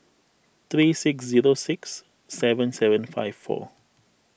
three six zero six seven seven five four